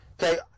Okay